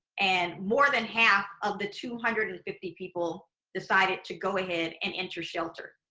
and more than half of the two hundred and fifty people decided to go ahead and enter shelter.